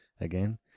again